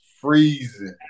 freezing